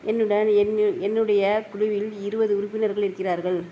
என்னுடன் என்னு என்னுடைய குழுவில் இருபது உறுப்பினர்கள் இருக்கிறார்கள்